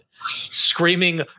Screaming